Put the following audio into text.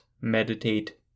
meditate